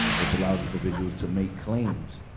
which allows individuals to make claims.